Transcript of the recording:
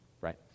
right